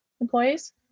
employees